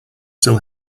still